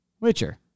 witcher